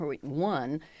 one